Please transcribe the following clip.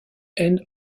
end